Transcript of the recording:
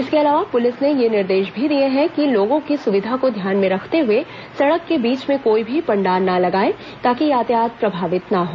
इसके अलावा पुलिस ने ये निर्देश भी दिए हैं कि लोगों की सुविधा को ध्यान में रखते हुए सड़क के बीच में कोई भी पंडाल ना लगाएं ताकि यातायात प्रभावित ना हो